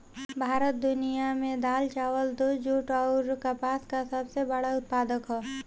भारत दुनिया में दाल चावल दूध जूट आउर कपास का सबसे बड़ा उत्पादक ह